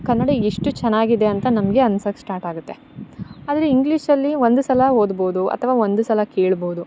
ಕನ್ನಡ ಎಷ್ಟು ಚೆನ್ನಾಗಿದೆ ಅಂತ ನಮಗೆ ಅನ್ಸೋಕ್ ಸ್ಟಾರ್ಟ್ ಆಗುತ್ತೆ ಆದ್ರೆ ಇಂಗ್ಲೀಷಲ್ಲಿ ಒಂದು ಸಲ ಓದ್ಬೋದು ಅಥವ ಒಂದು ಸಲ ಕೇಳ್ಬೋದು